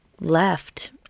left